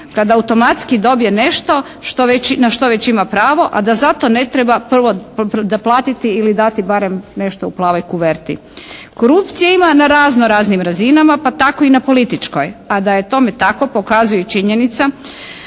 kada automatski dobije nešto na što već ima pravo a da za to ne treba prvo platiti ili dati prvo nešto u plavoj kuverti. Korupcije ima na razno raznim razinama pa tako i na političkoj. A da je tome tako pokazuje činjenica